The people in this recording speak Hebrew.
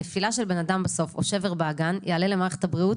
נפילה של בן-אדם או שבר באגן יעלו למערכת הבריאות